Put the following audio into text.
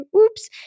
Oops